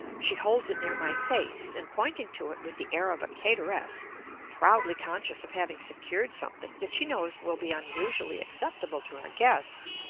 she holds it near my face and, pointing to it with the air of a cateress proudly conscious of having secured something that she knows will be unusually acceptable to her guest,